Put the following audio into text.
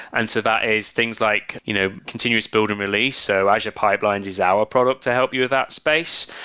and so that is things like you know continuous continuous build and release. so azure pipelines is our product to help you with that space,